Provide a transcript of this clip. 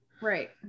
Right